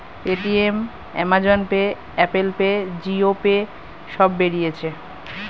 Paytm, Amazon Pay, Apple Pay, Jio Pay সব বেরিয়েছে